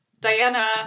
Diana